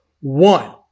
One